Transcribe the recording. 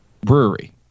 brewery